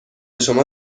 شما